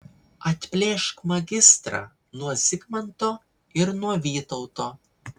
atplėšk magistrą nuo zigmanto ir nuo vytauto